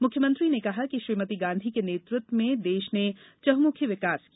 मुख्यमंत्री ने कहा कि श्रीमती गाँधी के नेतृत्व में देश ने चहुँमुखी विकास किया